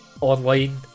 online